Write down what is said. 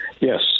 Yes